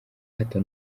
hato